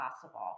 possible